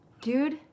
Dude